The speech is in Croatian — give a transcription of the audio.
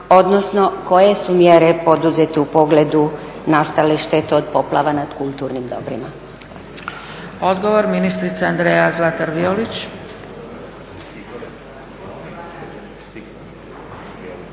odnosno koje su mjere poduzete u pogledu nastale štete od poplava nad kulturnim dobrima. **Zgrebec, Dragica (SDP)** Odgovor, ministrica Andrea Zlatar Violić.